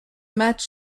match